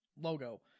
logo